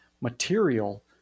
material